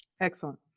Excellent